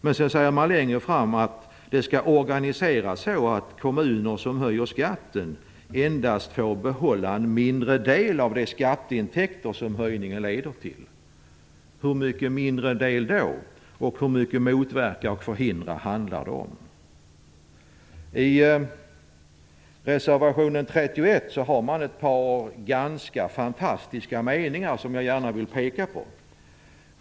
Men sedan säger man längre fram att det skall organiseras så, att kommuner som höjer skatten endast får behålla en mindre del av de skatteintäkter som höjningen leder till. Hur mycket mindre del är det fråga om, och hur mycket "motverka och förhindra" handlar det om? I reservation 31 har man ett par ganska fantastiska meningar som jag gärna vill peka på.